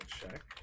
check